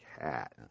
cat